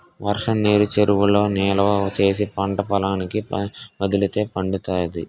వర్షంనీరు చెరువులలో నిలవా చేసి పంటపొలాలకి వదిలితే పండుతాది